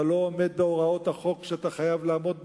אתה לא עומד בהוראות החוק שאתה חייב לעמוד בהן.